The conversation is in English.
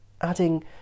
adding